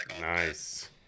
nice